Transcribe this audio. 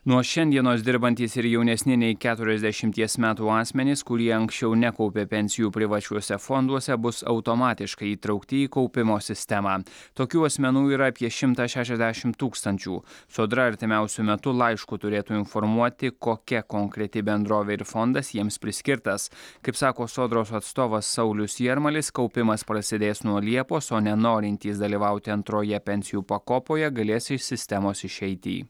nuo šiandienos dirbantys ir jaunesni nei keturiasdešimties metų asmenys kurie anksčiau nekaupė pensijų privačiuose fonduose bus automatiškai įtraukti į kaupimo sistemą tokių asmenų yra apie šimtas šešiasdešimt tūkstančių sodra artimiausiu metu laišku turėtų informuoti kokia konkreti bendrovė ir fondas jiems priskirtas kaip sako sodros atstovas saulius jarmalis kaupimas prasidės nuo liepos o nenorintys dalyvauti antroje pensijų pakopoje galės iš sistemos išeiti